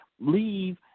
leave